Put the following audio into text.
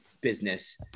business